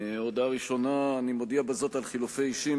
הודעה ראשונה: אני מודיע בזאת על חילופי אישים